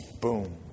Boom